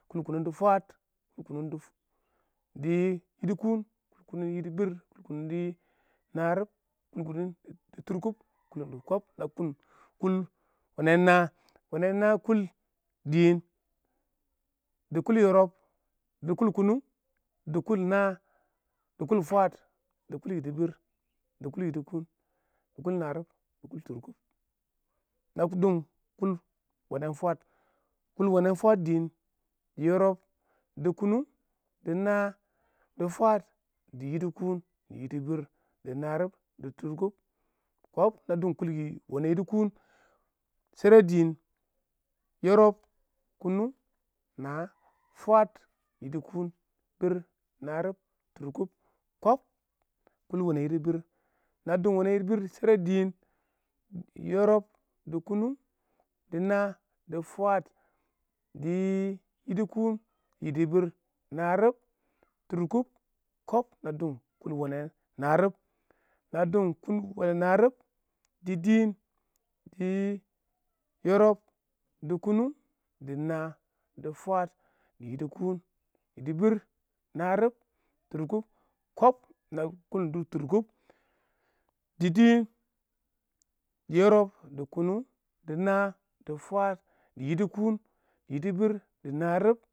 kʊl kunnung dɪ fwaad kʊl kʊnʊng dɪ yidi kuun kui kʊnʊng dɪ yidi biir, kui kʊnʊng dɪ narɪb kʊl kʊnʊng dɪ tʊrkʊb, kʊl kʊnʊng dɪ kib a kʊn kʊl wanan haa, wanen naa kʊl dɪɪn, dɪ kʊl yɪrɪb dɪ kʊl kʊnʊng dɪ kʊl haa dɪ kʊl fweed dɪ kʊl yidi kuun dɪ kʊl yidi biir dɪ kʊl harib dɪ kʊl tʊrkʊb lamtin kʊl wanen fwaad, kʊl wɛnɛn fwaad dɪɪn dɪ yɪrɪb dɪ kʊnʊng dɪ naa dɪ fwaad dɪ yidi kuun dɪ yidi biir dɪ narɪb dɪ tʊrkʊb kib ba dub kʊl wene yidi kuun shɛrɛ diib yɪrɪb kʊnʊng naa fwaad yidi kuun yidi biir narɪb tʊrkʊb kib kʊl wanɛ yidi biir kʊl wene yidi biir shera dɪɪn yɪrɪb dɪ kʊnʊng dɪ naa dɪ fwaad dɪ yidi kuun dɪ yidi biir dɪ harib tʊrkʊb kib. na dʊm kʊl wene narɪb na dɔm kʊl wena harib dɪ dɪɪn dɪ yɪrɪb dɪ kʊnʊng dɪ nan dɪ fwaadi dɪ yidi kuun dɪ biir dɪ narɪb tʊrkʊb kib na kʊl tʊrkʊb dɪ dɪɪn dɪ yɪrɪb dɪ. kʊnʊng dɪ naa dɪ fwaad dɪ yidi kuun dɪ biir dɪ narɪb